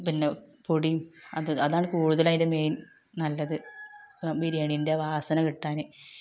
പിന്നെ പൊടിയും അത് അതാണ് കൂടുതല് അതില് മെയിൻ നല്ലത് ബിരിയാണീൻ്റെ വാസന കിട്ടാന്